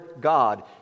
God